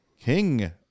king